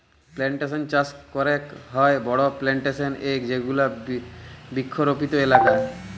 plantation চাস ক্যরেক হ্যয় বড় প্লানটেশল এ যেগুলা বৃক্ষরপিত এলাকা